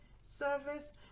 service